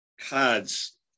cards